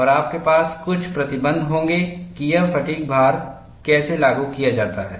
और आपके पास कुछ प्रतिबंध होंगे कि यह फ़ैटिग् भार कैसे लागू किया जाता है